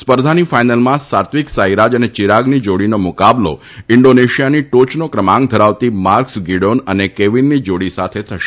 સ્પર્ધાની ફાઇનલમાં સાત્વિકસાઇરાજ અને ચિરાગની જોડીનો મુલાકાતો ઇન્ડોનેશીયાની ટોયનો ક્રમાંક ધરાવતી માર્કસ ગીડીન અને કેવીનની જોડી સાથે થશે